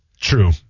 True